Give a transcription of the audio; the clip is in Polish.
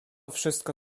wszystko